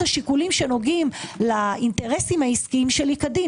השיקולים שנוגעים לאינטרסים העסקיים שלי כדין.